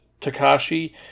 Takashi